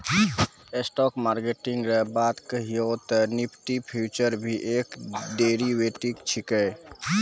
stock market रो बात कहियो ते निफ्टी फ्यूचर भी एक डेरीवेटिव छिकै